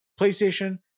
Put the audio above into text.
playstation